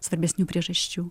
svarbesnių priežasčių